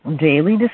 daily